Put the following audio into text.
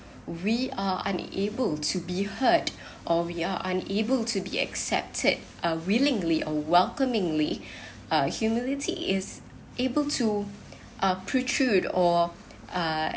we are unable to be heard or we are unable to be accepted uh willingly or welcomingly uh humility is able to uh protrude or uh